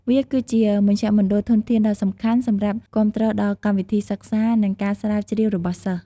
វាគឺជាមជ្ឈមណ្ឌលធនធានដ៏សំខាន់សម្រាប់គាំទ្រដល់កម្មវិធីសិក្សា និងការស្រាវជ្រាវរបស់សិស្ស។